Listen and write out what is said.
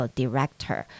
director